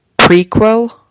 prequel